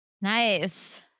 Nice